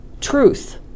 truth